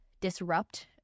disrupt